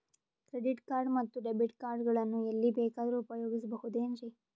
Credit card ಮತ್ತು debit card ಗಳನ್ನು ಎಲ್ಲಿ ಬೇಕಾದ್ರು ಉಪಯೋಗಿಸಬಹುದೇನ್ರಿ?